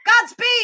Godspeed